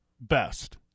best